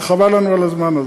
וחבל לנו על הזמן הזה.